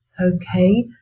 Okay